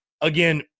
again